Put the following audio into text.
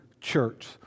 church